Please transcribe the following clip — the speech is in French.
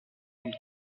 une